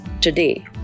today